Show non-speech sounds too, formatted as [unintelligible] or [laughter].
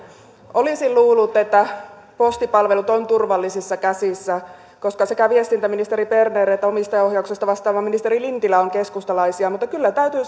olisin luullut että postipalvelut ovat turvallisissa käsissä koska sekä viestintäministeri berner että omistajaohjauksesta vastaava ministeri lintilä ovat keskustalaisia mutta kyllä täytyy [unintelligible]